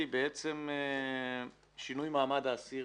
היא בעצם שינוי מעמד האסיר